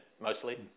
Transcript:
mostly